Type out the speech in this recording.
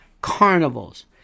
carnivals